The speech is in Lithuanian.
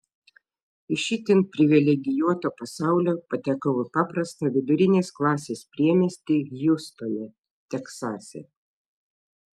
iš itin privilegijuoto pasaulio patekau į paprastą vidurinės klasės priemiestį hjustone teksase